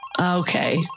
Okay